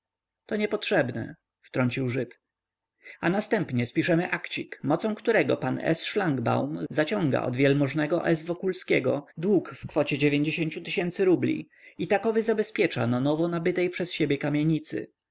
to nie potrzebne wtrącił żyd a następnie spiszemy akcik mocą którego pan s szlangbaum zaciąga od wielmożnego s wokulskiego dług w kwocie ciu tysięcy rubli i takowy zabezpiecza na nowo nabytej przez siebie kamienicy